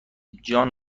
جان